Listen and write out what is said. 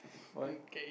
why